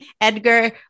Edgar